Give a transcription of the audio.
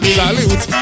salute